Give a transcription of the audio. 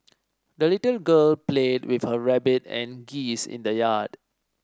the little girl played with her rabbit and geese in the yard